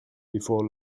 before